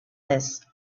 this